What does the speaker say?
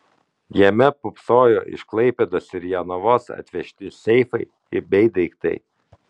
jame pūpsojo iš klaipėdos ir jonavos atvežti seifai bei daiktai